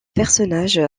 personnage